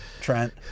Trent